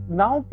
now